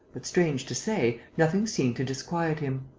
but, strange to say, nothing seemed to disquiet him.